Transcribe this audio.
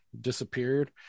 disappeared